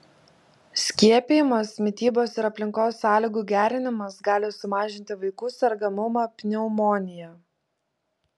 skiepijimas mitybos ir aplinkos sąlygų gerinimas gali sumažinti vaikų sergamumą pneumonija